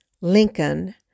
Lincoln